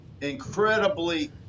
incredibly –